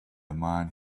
man